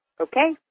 Okay